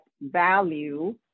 value